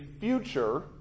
future